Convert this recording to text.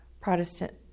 Protestant